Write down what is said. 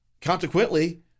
Consequently